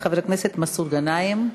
חבר הכנסת מסעוד גנאים,